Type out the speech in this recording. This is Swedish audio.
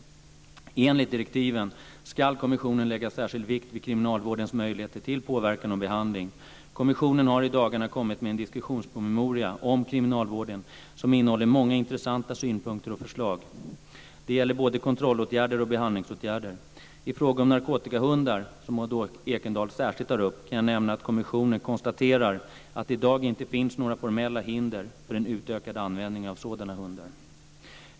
Enligt direktiven ska kommissionen lägga särskild vikt vid kriminalvårdens möjligheter till påverkan och behandling. Kommissionen har i dagarna kommit med en diskussionspromemoria om kriminalvården som innehåller många intressanta synpunkter och förslag. Det gäller både kontrollåtgärder och behandlingsåtgärder. I frågan om narkotikahundar - som Maud Ekendahl särskilt tar upp - kan jag nämna att kommissionen konstaterar att det i dag inte finns några formella hinder för en utökad användning av sådana hundar.